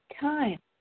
time